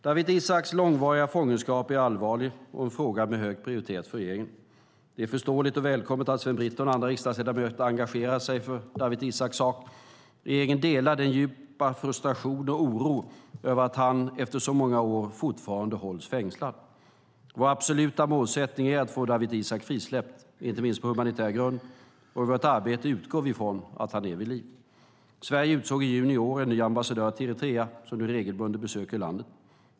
Dawit Isaaks långvariga fångenskap är allvarlig och en fråga med hög prioritet för regeringen. Det är förståeligt och välkommet att Sven Britton och andra riksdagsledamöter engagerar sig för Dawit Isaaks sak. Regeringen delar den djupa frustrationen och oron över att han efter så många år fortfarande hålls fängslad. Vår absoluta målsättning är att få Dawit Isaak frisläppt, inte minst på humanitär grund, och i vårt arbete utgår vi från att han är vid liv. Sverige utsåg i juni i år en ny ambassadör till Eritrea som nu regelbundet besöker landet.